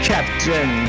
Captain